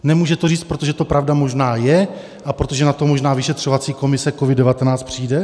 Nemůže to říct, protože to pravda možná je a protože na to možná vyšetřovací komise COVID19 přijde?